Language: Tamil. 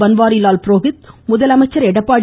பன்வாரிலால் புரோஹித் முதலமைச்சர் எடப்பாடி